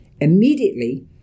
Immediately